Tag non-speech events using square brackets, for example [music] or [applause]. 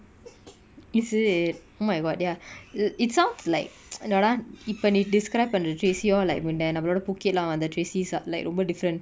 is it oh my god ya it it sounds like [noise] என்னோடா இப்ப நீ:ennodaa ippa nee describe பன்ர:panra J_C uh like winder நம்மளோட:nammaloda pookela வந்த:vantha tresisa like ரொம்ப:romba different